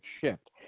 shift